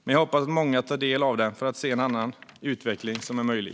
Men jag hoppas att många tar del av den för att se en annan utveckling som är möjlig.